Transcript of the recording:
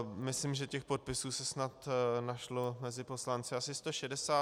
Myslím, že podpisů se snad našlo mezi poslanci asi 160.